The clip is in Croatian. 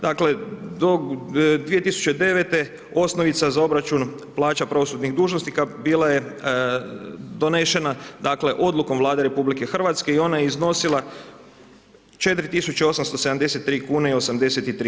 Dakle do 2009. osnovica za obračun plaća pravosudnih dužnosnika bila je donešena dakle odlukom Vlade RH i ona je iznosila 4873,83.